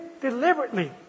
deliberately